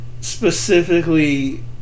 specifically